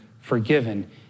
forgiven